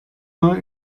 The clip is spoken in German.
mal